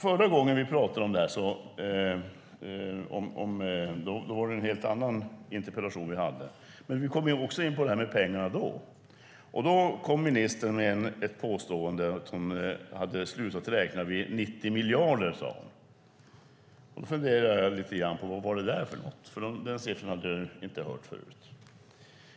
Förra gången vi pratade om detta var det en helt annan interpellation, men då kom vi också in på frågan om pengarna. Ministern kom då med påståendet att hon hade slutat räkna vid 90 miljarder. Då funderade jag lite grann på vad det där var, för jag hade inte hört den siffran förut.